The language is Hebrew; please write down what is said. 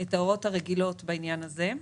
את ההוראות הרגילות בעניין הזה.